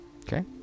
Okay